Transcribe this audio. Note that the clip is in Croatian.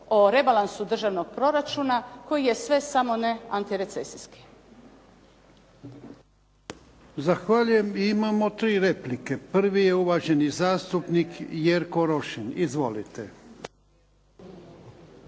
o rebalansu državnog proračuna, koji je sve samo ne anatirecesijski. **Jarnjak, Ivan (HDZ)** Zahvaljujem. I imamo tri replike. Prvi je uvaženi zastupnik Jerko Rošin. Izvolite.